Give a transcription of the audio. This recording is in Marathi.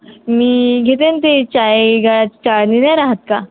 मी घेते ना ते चाई गा चाळणी नाही राहात का